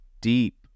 deep